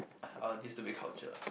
uh this stupid culture